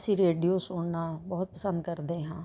ਅਸੀਂ ਰੇਡੀਓ ਸੁਣਨਾ ਬਹੁਤ ਪਸੰਦ ਕਰਦੇ ਹਾਂ